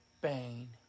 Bane